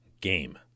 game